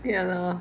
ya lor